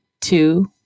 two